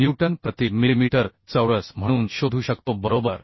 Newton प्रति millimetre चौरस म्हणून शोधू शकतो बरोबर